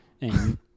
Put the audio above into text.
and-